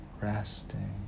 resting